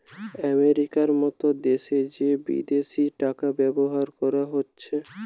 আমেরিকার মত দ্যাশে যে বিদেশি টাকা ব্যবহার করা হতিছে